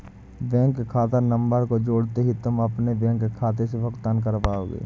bank खाता number को जोड़ते ही तुम अपने बैंक खाते से भुगतान कर पाओगे